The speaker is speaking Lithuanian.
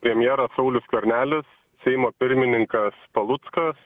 premjeras saulius skvernelis seimo pirmininkas paluckas